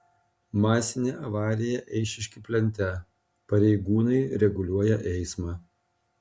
masinė avarija eišiškių plente pareigūnai reguliuoja eismą